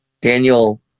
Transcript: daniel